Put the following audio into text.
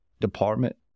department